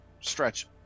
stretch